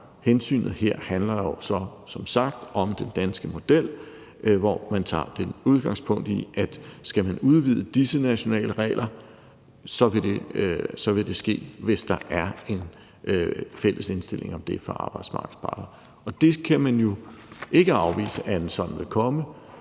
Hensynet her handler jo så som sagt om den danske model, hvor man tager udgangspunkt i, at skal man udvide disse nationale regler, vil det ske, hvis der er en fælles indstilling om det fra arbejdsmarkedets parter, og man kan jo ikke afvise, at en sådan vil komme.